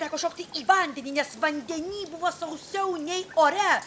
teko šokti į vandenį nes vandeny buvo sausiau nei ore